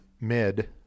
mid